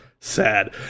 Sad